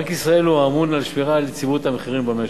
בנק ישראל הוא האמון על שמירה על יציבות המחירים במשק.